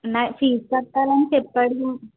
నాకు ఫీజ్ కట్టాలని చెప్పాడుడండి